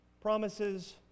promises